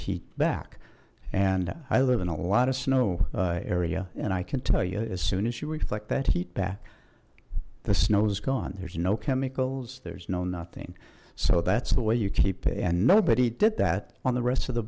heat back and i live in a lot of snow area and i can tell you as soon as you reflect that heat back the snow is gone there's no chemicals there's no nothing so that's the way you keep it and nobody did that on the rest of the